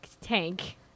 tank